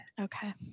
okay